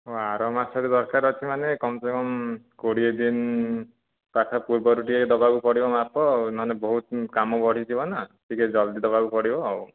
ଓ ଆରମାସରେ ଦରକାର ଅଛି ମାନେ କମ ସେ କମ କୋଡ଼ିଏ ଦିନ ପାଖ ପୂର୍ବରୁ ଟିକେ ଦେବାକୁପଡ଼ିବ ମାପ ନହେଲେ ବହୁତ କାମ ବଢ଼ିଯିବନା ଟିକେ ଜଲଦି ଦେବାକୁପଡ଼ିବ ଆଉ